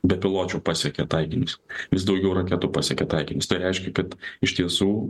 bepiločių pasiekia taikinius vis daugiau raketų pasiekia taikinius tai reiškia kad iš tiesų